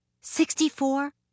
sixty-four